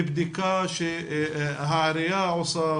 מבדיקה שהעירייה עושה,